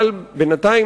אבל בינתיים,